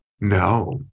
No